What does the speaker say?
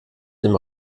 dem